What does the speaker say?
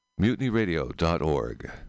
MutinyRadio.org